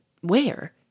Where